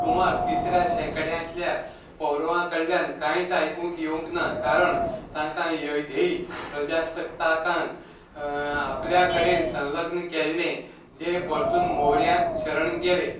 सुमार तिसऱ्या शेकड्यांतल्या पौरवा कडल्यान कांयच आयकूंक येवंक ना कारण तांकां योधय प्रजासत्ताकान आपल्या कडेन संलग्न केल्लें जें परतून मौर्यांक शरण केलें